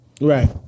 Right